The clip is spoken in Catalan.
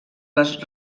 les